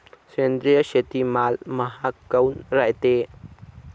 सेंद्रिय शेतीमाल महाग काऊन रायते?